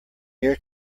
air